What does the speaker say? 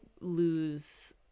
lose